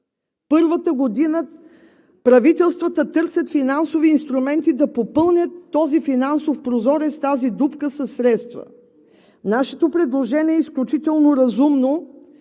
първата година правителствата търсят финансови инструменти, за да попълнят този финансов прозорец, тази дупка със средства. Нашето предложение е изключително разумно,